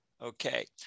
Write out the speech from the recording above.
Okay